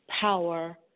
power